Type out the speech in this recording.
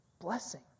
blessing